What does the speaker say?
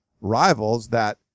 rivals—that